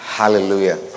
Hallelujah